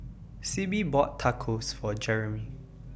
Sibbie bought Tacos For Jeremy